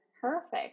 Perfect